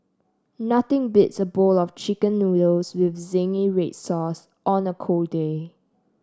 nothing beats a bowl of chicken noodles with zingy red sauce on a cold day